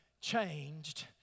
changed